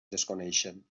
desconeixen